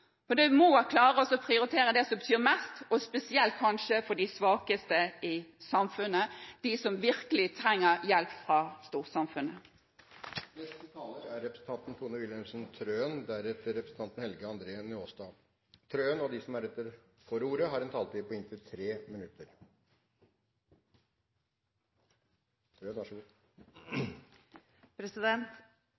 For vi må klare å prioritere det som betyr mest, og spesielt kanskje for de svakeste i samfunnet, de som virkelig trenger hjelp fra storsamfunnet. De talere som heretter får ordet, har en taletid på inntil 3 minutter. Regjeringen styrker to viktige områder for barn, unge og dem som